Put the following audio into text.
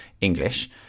English